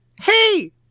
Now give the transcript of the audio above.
Hey